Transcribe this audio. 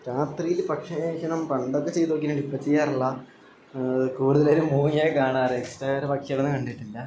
രാത്രിയിൽ പക്ഷി നിരീക്ഷണം പണ്ടൊക്കെ ചെയ്തു നോക്കിയിട്ടുണ്ട് ഇപ്പം ചെയ്യാറില്ല കൂടുതലൊരു മൂങ്ങയാണ് കാണാറ് വേറൊരു പക്ഷികളെയൊന്നും കണ്ടിട്ടില്ല